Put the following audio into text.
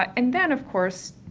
and then of course,